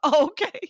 okay